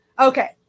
Okay